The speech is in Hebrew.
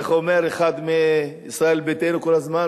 איך אומר אחד מישראל ביתנו כל הזמן?